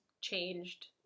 changed